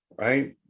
Right